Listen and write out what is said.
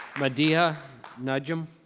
madea najim.